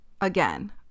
again